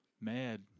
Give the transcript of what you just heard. mad